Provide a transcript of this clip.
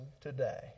today